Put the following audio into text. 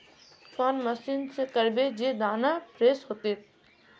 कौन मशीन से करबे जे दाना फ्रेस होते?